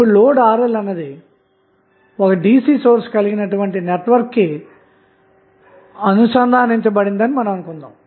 ఇప్పుడు లోడ్RL అన్నది ఒక DC సోర్స్ కలిగినటువంటి నెట్వర్క్కుఅనుసంధానించబడిందనిఅనుకుందాం